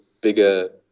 bigger